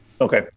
okay